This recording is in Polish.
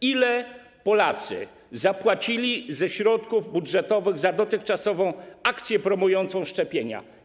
Ile Polacy zapłacili ze środków budżetowych za dotychczasowe akcje promujące szczepienia?